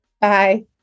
Bye